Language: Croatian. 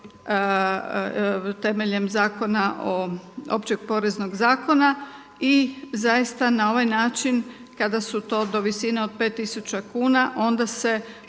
temeljem Općeg poreznog zakona. I zaista na ovaj način kada su to do visine od 5 tisuća kuna onda se